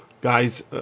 Guys